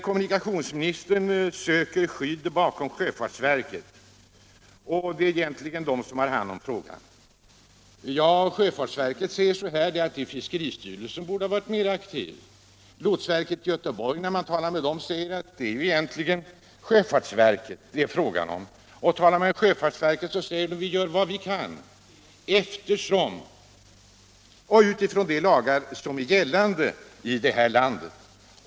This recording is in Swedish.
Kommunikationsministern söker skydd bakom sjöfartsverket, som egentligen har hand om frågan. Sjöfartsverket säger att fiskeristyrelsen borde ha varit mer aktiv. Lotsverket i Göteborg säger att det är sjöfartsverkets sak. Sjöfartsverket förklarar att det gör vad det kan utifrån de lagar som är gällande i detta land.